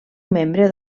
membre